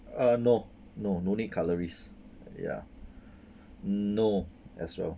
uh no no no need cutleries ya no as well